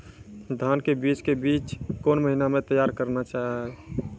धान के बीज के बीच कौन महीना मैं तैयार करना जाए?